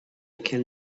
can